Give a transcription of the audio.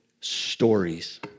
stories